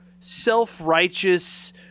self-righteous –